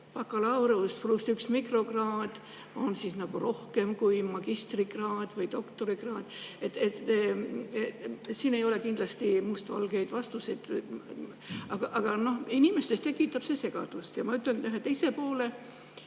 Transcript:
bakalaureus pluss üks mikrokraad on rohkem kui magistrikraad või doktorikraad? Siin ei ole kindlasti mustvalgeid vastuseid. Aga noh, inimestes tekitab see segadust. Ja ma ütlen teise poole.